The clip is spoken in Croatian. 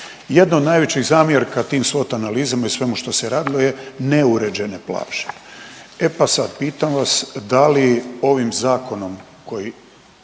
jedno od najvećih zamjerka tim SWOT analizama i svemu što se radilo je neuređene plaže. E pa sad pitam vas da li ovim zakonom koji